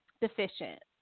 deficient